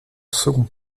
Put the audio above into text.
second